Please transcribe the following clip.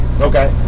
Okay